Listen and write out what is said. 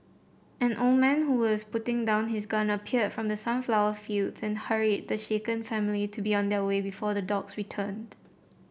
an old man who was putting down his gun appeared from the sunflower fields and hurried the shaken family to be on their way before the dogs return